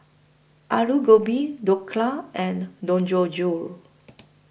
Alu Gobi Dhokla and Dangojiru